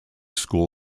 school